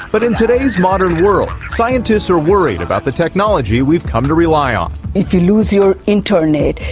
but in today's modern world, scientists are worried about the technology we've come to rely on. if you lose your internet,